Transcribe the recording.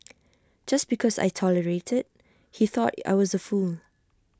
just because I tolerated he thought I was A fool